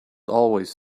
always